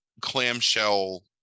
clamshell